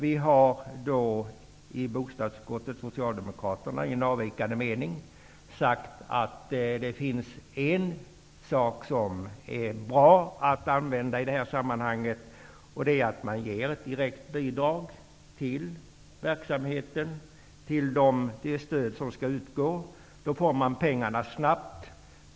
I Socialdemokraterna i ett särskilt yttrande sagt att det finns något i det här sammanhanget som är bra, nämligen det stöd som skall utgå som ett direkt bidrag till verksamheten. Man får då pengarna snabbt.